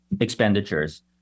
expenditures